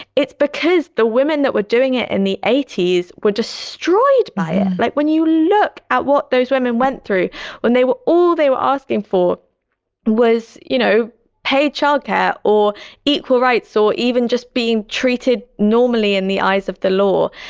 it's because the women that were doing it in the eighty s were destroyed by it. like when you look at what those women went through when they were all they were asking for was, you know, pay child care or equal rights or so even just being treated normally in the eyes of the law.